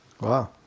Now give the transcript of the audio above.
Wow